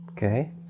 Okay